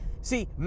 see